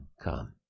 come